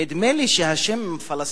נדמה לי שהשם פלסטין,